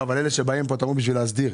אבל אלה שבאים לכאן בשביל להסדיר,